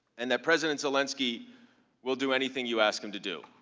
and that president zelensky will do anything you ask him to do.